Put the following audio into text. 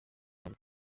buri